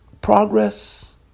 progress